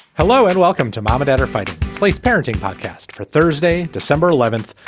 hello and welcome to mom identified sleeth parenting podcast for thursday, december eleventh,